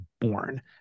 born